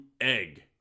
egg